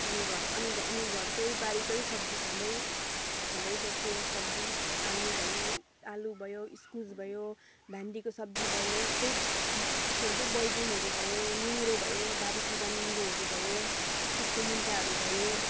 अनि घर अनि अनि घरकै बारीकै सब्जी खाँदै खाँदै बस्यो सब्जी आलु भयो आलु भयो इस्कुस भयो भेन्डीको सब्जी भयो यस्तै के भन्छ बैगुनहरू भयो निङ्ग्रो भयो बारीतिर निङ्ग्रोहरू भयो इस्कुसको मुन्टाहरू भयो